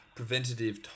preventative